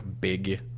big